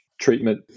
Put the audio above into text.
treatment